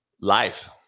Life